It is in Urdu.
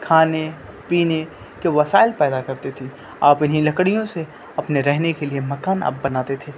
کھانے پینے کے وسائل پیدا کرتی تھی آپ انہیں لکڑیوں سے اپنے رہنے کے لیے مکان آپ بناتے تھے